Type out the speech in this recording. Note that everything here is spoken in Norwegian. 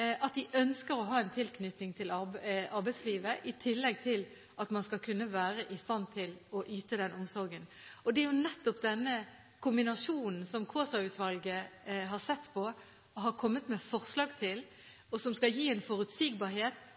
at de ønsker å ha en tilknytning til arbeidslivet, i tillegg til at man skal kunne være i stand til å yte den omsorgen. Det er nettopp denne kombinasjonen som Kaasa-utvalget har sett på og kommet med forslag til, som skal gi en forutsigbarhet,